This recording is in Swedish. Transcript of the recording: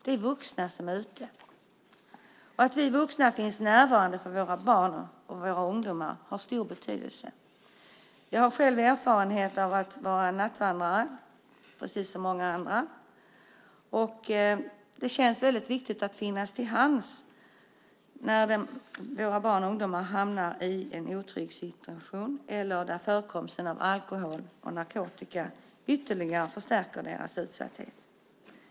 Det är vuxna som är ute, och att vi vuxna finns närvarande för våra barn och ungdomar har stor betydelse. Jag har själv erfarenhet av att nattvandra, precis som många andra, och det känns väldigt viktigt att finnas till hands när våra barn och ungdomar hamnar i en otrygg situation eller där förekomsten av alkohol och narkotika ytterligare förstärker deras utsatthet.